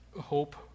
Hope